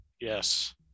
Yes